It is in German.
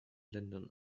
ländern